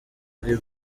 ari